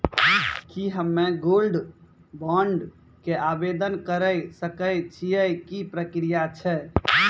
की हम्मय gold bond के आवदेन करे सकय छियै, की प्रक्रिया छै?